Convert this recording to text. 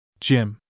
Jim